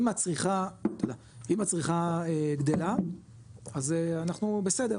אם הצריכה גדלה אז אנחנו בסדר,